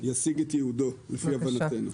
ישיג את ייעודו, לפי הבנתנו?